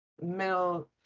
middle